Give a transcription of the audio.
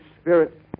Spirit